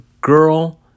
girl